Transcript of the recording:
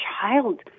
child